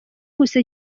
gusa